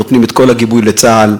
אני לא רוצה להיכנס לתוכן דבריך,